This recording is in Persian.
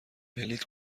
بلیط